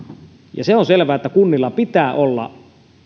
ja se on selvää että kunnilla pitää olla